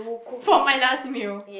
for my last meal